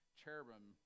cherubim